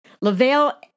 Lavelle